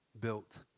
built